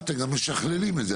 אחר-כך גם משקללים את זה.